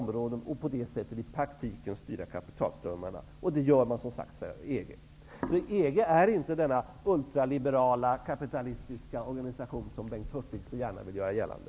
På det sättet kan man i praktiken styra kapitalströmmarna, och det gör man som sagt i EG. EG är alltså inte denna ultraliberala kapitalistiska organisation som Bengt Hurtig så gärna vill göra gällande.